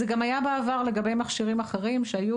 זה גם היה בעבר לגבי מכשירים אחרים שהיו,